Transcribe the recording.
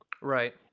right